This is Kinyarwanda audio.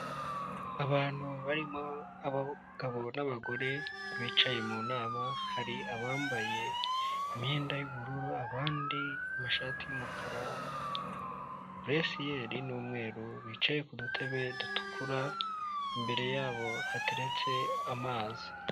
Abantu barimo abagabo n'abagore bicaye mu nama hari abambaye imyenda y'ubururu abandi amashati y'umukara, buresiyeri n'umweru, bicaye ku dutebe dutukura, imbere yabo hateretse amazi.